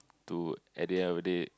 to at the end of a day